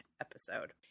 episode